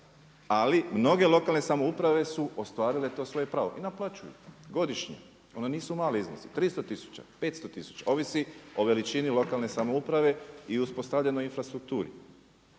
Ali mnoge lokalne samouprave su ostvarile to svoje pravo, i naplaćuju, godišnje. Oni nisu mali iznosi, 300 tisuća, 500 tisuća, ovisi o veličini lokalne samouprave i uspostavljenoj infrastrukturi.